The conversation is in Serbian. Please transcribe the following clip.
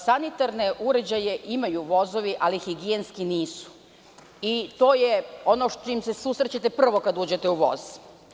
Sanitarne uređaje imaju vozovi, ali nisu higijenski i to je ono sa čim se prvo susrećete kada uđete u voz.